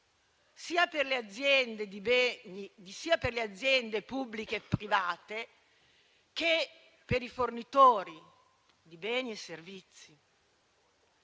sia per le aziende pubbliche e private, che per i fornitori di beni e servizi.